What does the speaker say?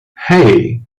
hey